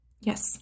Yes